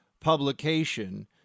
publication